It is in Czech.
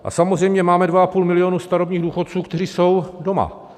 A samozřejmě máme 2,5 milionu starobních důchodců, kteří jsou doma.